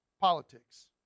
politics